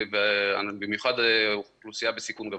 במיוחד אוכלוסייה בסיכון גבוה.